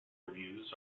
reviews